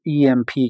EMP